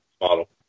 Model